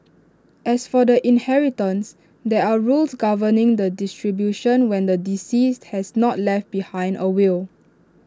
as for the inheritance there are rules governing the distribution when the deceased has not left behind A will